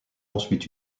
ensuite